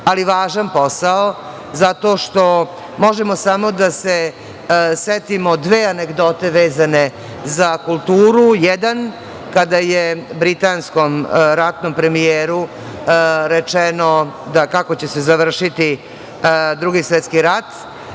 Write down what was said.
ali važan posao zato što možemo samo da se setimo dve anegdote vezane za kulturu. Jedan, kada je britanskom ratnom premijeru rečeno kako će se završiti Drugi svetski rat,